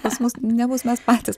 pas mus nebus mes patys